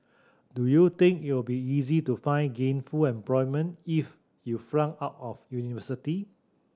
do you think it'll be easy to find gainful employment if you flunked out of university